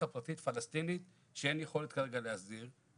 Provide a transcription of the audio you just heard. פרטית פלסטינית שאין יכולת כרגע להסדיר,